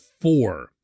four